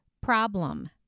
problem